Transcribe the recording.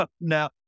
now